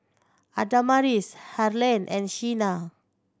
Adamaris Harlen and Sheena